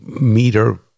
meter